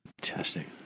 Fantastic